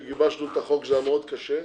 גיבשנו את החוק זה היה מאוד קשה.